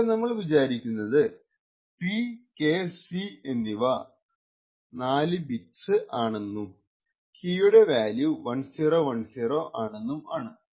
ഇവിടെ നമ്മൾ വിചാരിക്കുന്നത് PKC എന്നിവ 4 ബിറ്റ്സ് ആണെന്നും കീയുടെ വാല്യൂ 1010 ആണെന്നും ആണ്